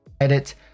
edit